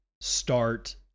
start